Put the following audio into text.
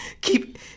Keep